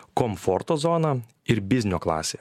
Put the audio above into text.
komforto zona ir biznio klasė